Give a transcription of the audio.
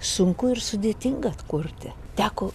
sunku ir sudėtinga atkurti teko